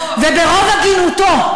וברוב הגינותו,